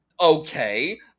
Okay